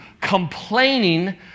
complaining